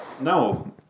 No